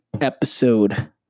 episode